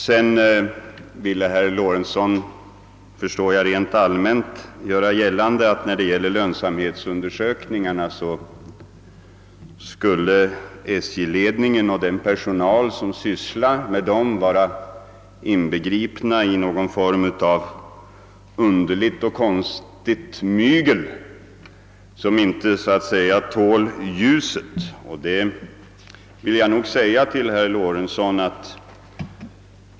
Herr Lorentzon ville helt allmänt göra gällande att SJ-ledningen och den personal som gör lönsamhetsundersökningarna skulle vara inbegripna i något slags »mygel» som inte tål dagens ljus.